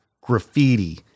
graffiti